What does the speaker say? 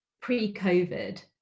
pre-COVID